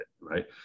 right